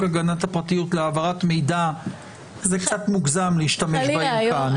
הגנת הפרטיות להעברת מידע זה קצת מוגזם להשתמש בהן כאן.